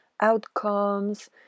outcomes